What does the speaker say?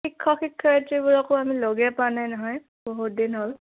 শিক্ষক শিক্ষয়িত্ৰীবোৰকো আমি লগেই পোৱা নাই নহয় বহুত দিন হ'ল